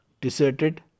deserted